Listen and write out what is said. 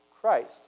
Christ